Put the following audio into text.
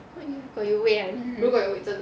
如果有位 ah